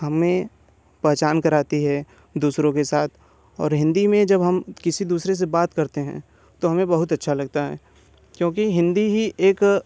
हमें पहचान कराती है दूसरों के साथ और हिन्दी में जब हम किसी दूसरे से बात करते हैं तो हमें बहुत अच्छा लगता है क्योंकि हिन्दी ही एक